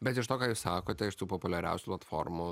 bet iš to ką jūs sakote iš tų populiariausių platformų